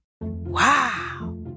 Wow